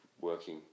working